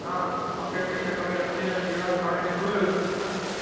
हां हॉटेलपेक्षा कमी लागतील आणि जेवणां खावण्याची सोय होईल तुमची चांगली